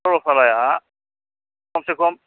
चरलपाराया खमसेखम